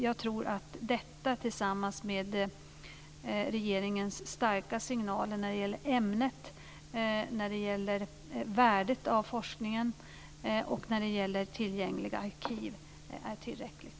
Jag tror att detta tillsammans med regeringens starka signaler när det gäller ämnet, värdet av forskningen och tillgängliga arkiv är tillräckligt.